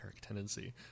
tendency